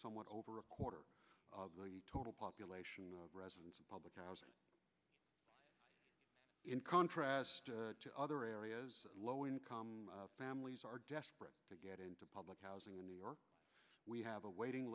somewhat over a quarter of the total population of residents of public housing in contrast to other areas of low income families are desperate to get into public housing in new york we have a waiting